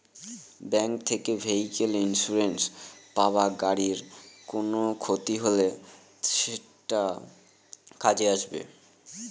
bank থেকে vehicle insurance পাব গাড়ির কোনো ক্ষতি হলে সেটা কাজে আসবে